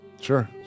Sure